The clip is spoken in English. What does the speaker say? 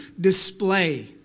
display